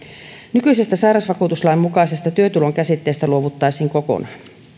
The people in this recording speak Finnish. nykyisestä sairausvakuutuslain mukaisesta työtulon käsitteestä luovuttaisiin kokonaan